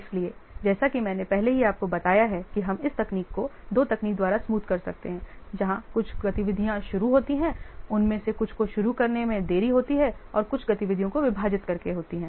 इसलिए जैसा कि मैंने पहले ही आपको बताया है कि हम इस तकनीक को 2 तकनीकों द्वारा स्मूथ कर सकते हैं जहां कुछ गतिविधियां शुरू होती हैं उनमें से कुछ को शुरू करने में देरी होती है और दूसरी कुछ गतिविधियों को विभाजित करके होती है